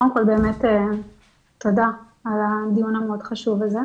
קודם כל באמת תודה על הדיון המאוד חשוב הזה.